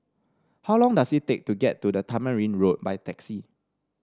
how long does it take to get to Tamarind Road by taxi